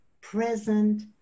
present